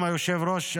היושב-ראש,